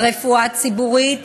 ברפואה הציבורית